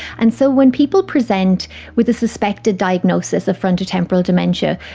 and so when people present with a suspected diagnosis of frontotemporal dementia,